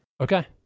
Okay